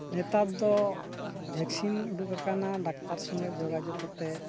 ᱱᱮᱛᱟᱨ ᱫᱚ ᱵᱷᱮᱠᱥᱤᱱ ᱩᱰᱩᱠᱟᱠᱟᱱᱟ ᱰᱟᱠᱛᱟᱨ ᱥᱚᱸᱜᱮ ᱡᱳᱜᱟᱡᱳᱜᱽ ᱠᱟᱛᱮ